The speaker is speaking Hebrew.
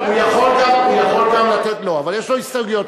הוא יכול גם לתת לו, אבל יש לו הסתייגויות.